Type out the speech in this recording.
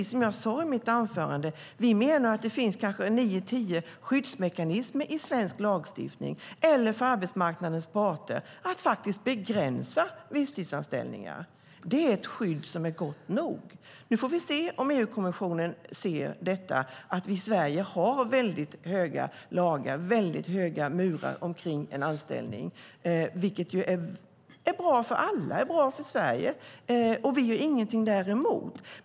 Som jag sade i mitt anförande menar vi att det finns nio tio skyddsmekanismer i svensk lagstiftning, eller för arbetsmarknadens parter, för att kunna begränsa visstidsanställningarna. Det är ett skydd som är gott nog. Det är ett skydd som är gott nog. Nu får vi se om EU-kommissionen ser att vi i Sverige har väldigt bra lagar och höga murar omkring en anställning, vilket är bra för alla. Det är bra för Sverige, och vi har ingenting däremot.